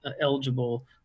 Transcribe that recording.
eligible